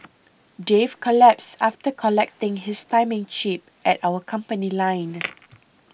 dave collapsed after collecting his timing chip at our company line